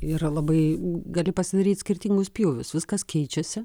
yra labai gali pasidaryt skirtingus pjūvius viskas keičiasi